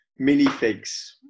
minifigs